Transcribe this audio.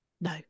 No